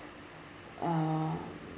uh